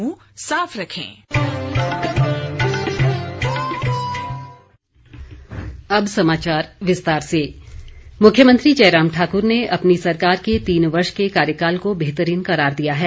मुख्यमंत्री मुख्यमंत्री जयराम ठाक्र ने अपनी सरकार के तीन वर्ष के कार्यकाल को बेहतरीन करार दिया है